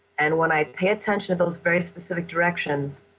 and when i pay attention to those very specific directions